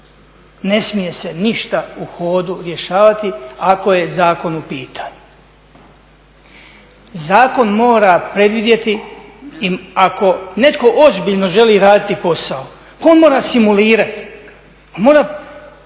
Ne smije se ništa u hodu rješavati ako je zakon u pitanju. Zakon mora predvidjeti i ako netko ozbiljno želi raditi posao on mora simulirati, on